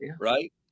right